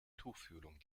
tuchfühlung